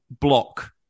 block